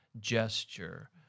gesture